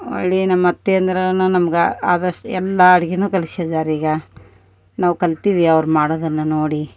ಒಳ್ಳಿಯ ನಮ್ಮ ಅತ್ತೆಂದರನ ನಮಗ ಆದಷ್ಟು ಎಲ್ಲಾ ಅಡಿಗೀನು ಕಲ್ಸಿದ್ದಾರೆ ಈಗ ನಾವು ಕಲ್ತೀವಿ ಅವ್ರು ಮಾಡೋದನ್ನ ನೋಡಿ